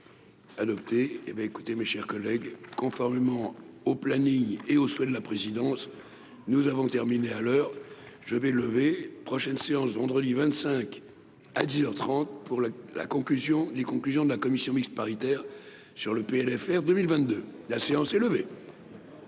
adoptée et ben, écoutez, mes chers collègues, conformément au planning et au sommet de la présidence, nous avons terminé à l'heure je vais lever prochaine séance vendredi 25 à 10 heures 30 pour la conclusion, les conclusions de la commission mixte paritaire sur le PLFR 2022, la séance est levée.